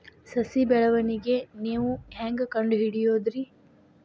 ಸಸಿ ಬೆಳವಣಿಗೆ ನೇವು ಹ್ಯಾಂಗ ಕಂಡುಹಿಡಿಯೋದರಿ?